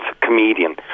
comedian